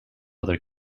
other